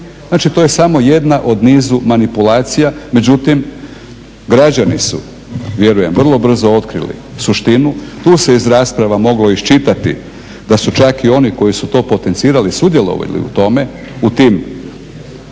Znači, to je samo jedna od niza manipulacija, međutim građani su, vjerujem, vrlo brzo otkrili suštinu, tu se iz rasprava moglo iščitati da su čak i oni koji su to potencirali, sudjelovali u tome, u tim